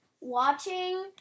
watching